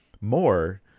more